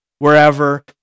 Wherever